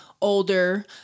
older